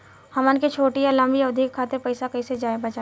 हमन के छोटी या लंबी अवधि के खातिर पैसा कैसे बचाइब?